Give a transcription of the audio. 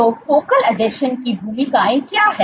तो फोकल आसंजन की भूमिकाएं क्या हैं